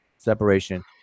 Separation